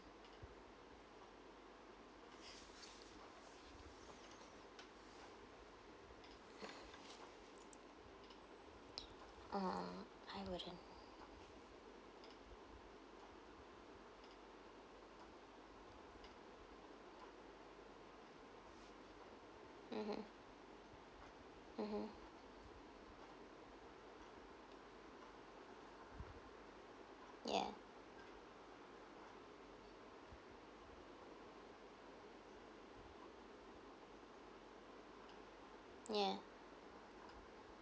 mm I wouldn't mmhmm mmhmm ya ya